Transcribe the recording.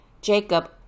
Jacob